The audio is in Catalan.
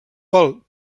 pel